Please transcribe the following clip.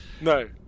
No